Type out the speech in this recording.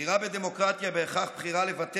בחירה בדמוקרטיה היא בהכרח בחירה לוותר